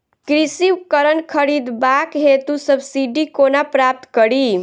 कृषि उपकरण खरीदबाक हेतु सब्सिडी कोना प्राप्त कड़ी?